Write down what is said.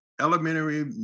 elementary